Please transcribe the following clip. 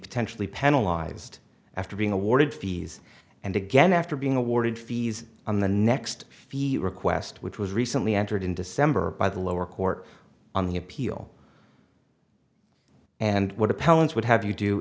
potentially panelized after being awarded fees and again after being awarded fees on the next request which was recently entered in december by the lower court on the appeal and what appellant would have you do